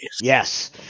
Yes